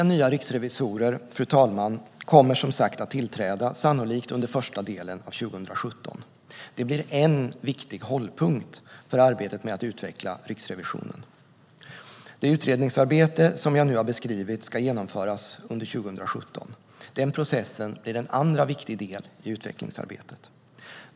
Tre nya riksrevisorer kommer som sagt att tillträda, sannolikt under första delen av 2017. Det blir en viktig hållpunkt för arbetet med att utveckla Riksrevisionen. Det utredningsarbete som jag nu har beskrivit ska genomföras under 2017. Den processen blir en andra viktig del i utvecklingsarbetet.